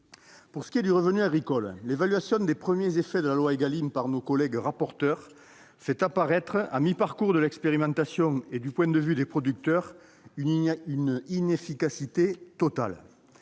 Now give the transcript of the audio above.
Pour ce qui est du revenu agricole, l'évaluation des premiers effets de la loi Égalim par nos collègues rapporteurs fait apparaître, à mi-parcours de l'expérimentation et du point de vue des producteurs, une inefficacité totale.